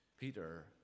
Peter